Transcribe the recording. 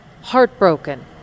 heartbroken